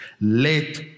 let